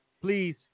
please